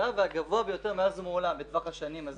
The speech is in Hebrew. והגבוה ביותר מאז ומעולם בטווח השנים.